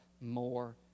more